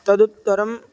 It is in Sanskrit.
तदुत्तरम्